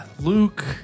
Luke